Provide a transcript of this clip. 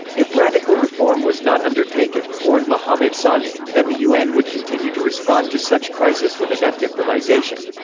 if radical reform was not undertaken, warned mohamed sahnoun, then the un would continue to respond to such crisis with inept improvization.